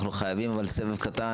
אנחנו חייבים על סבב קטן.